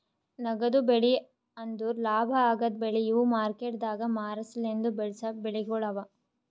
ನಗದು ಬೆಳಿ ಅಂದುರ್ ಲಾಭ ಆಗದ್ ಬೆಳಿ ಇವು ಮಾರ್ಕೆಟದಾಗ್ ಮಾರ ಸಲೆಂದ್ ಬೆಳಸಾ ಬೆಳಿಗೊಳ್ ಅವಾ